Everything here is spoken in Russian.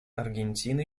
аргентины